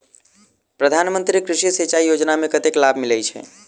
प्रधान मंत्री कृषि सिंचाई योजना मे कतेक लाभ मिलय छै?